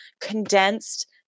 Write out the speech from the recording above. condensed